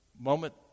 moment